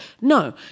no